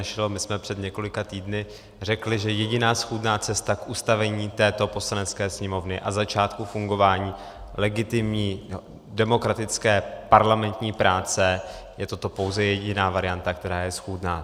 My jsme před několika týdny řekli, že jediná schůdná cesta k ustavení této Poslanecké sněmovny a začátku fungování legitimní demokratické parlamentní práce je toto pouze jediná varianta, která je schůdná.